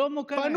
שלמה קרעי?